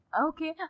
Okay